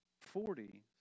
Forty